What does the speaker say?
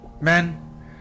men